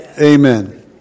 Amen